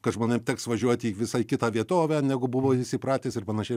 kad žmonėm teks važiuoti į visai kitą vietovę negu buvo jis įpratęs ir panašiai